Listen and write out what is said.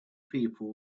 people